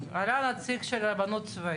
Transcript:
למה אתה בודק איזה תכנית הכשרה בנק עושה לעובדים שלהם?